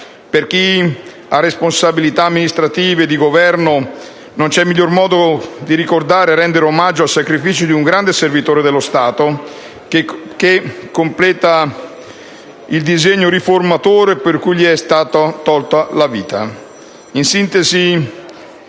Per chi ha responsabilità amministrative di governo non c'è migliore modo di ricordare e rendere omaggio al sacrificio di un grande servitore dello Stato che completare il disegno riformatore per cui gli è stata tolta la vita.